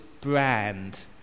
brand